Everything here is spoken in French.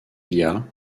lia